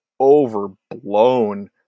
overblown